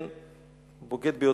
בוגד ביודפת,